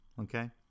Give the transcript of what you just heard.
okay